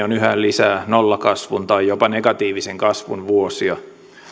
on yhä lisää nollakasvun tai jopa negatiivisen kasvun vuosia